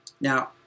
Now